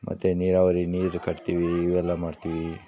ಮತ್ತು ನೀರಾವರಿ ನೀರು ಕಟ್ತೀವಿ ಇವೆಲ್ಲ ಮಾಡ್ತೀವಿ